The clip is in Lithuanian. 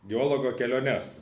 geologo keliones